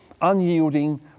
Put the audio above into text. unyielding